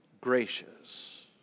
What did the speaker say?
gracious